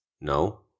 No